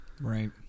Right